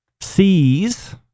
sees